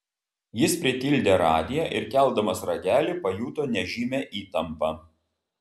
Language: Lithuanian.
jis pritildė radiją ir keldamas ragelį pajuto nežymią įtampą